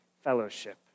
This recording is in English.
fellowship